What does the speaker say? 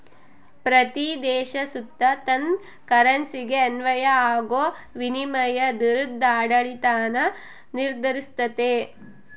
ಪ್ರತೀ ದೇಶ ಸುತ ತನ್ ಕರೆನ್ಸಿಗೆ ಅನ್ವಯ ಆಗೋ ವಿನಿಮಯ ದರುದ್ ಆಡಳಿತಾನ ನಿರ್ಧರಿಸ್ತತೆ